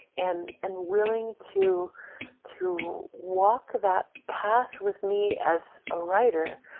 and and willing to to walk that path with me, as a writer,